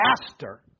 master